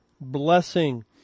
blessing